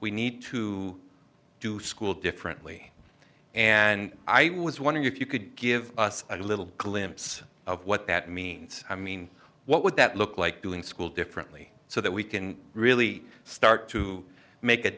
we need to do school differently and i was wondering if you could give us a little glimpse of what that means i mean what would that look like doing school differently so that we can really start to make a